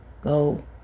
go